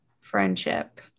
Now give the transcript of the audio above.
friendship